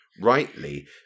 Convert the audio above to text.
rightly